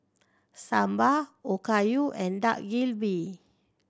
Sambar Okayu and Dak Galbi